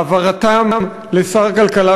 והעברתן לשר הכלכלה,